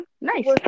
nice